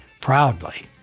proudly